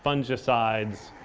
fungicides,